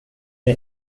det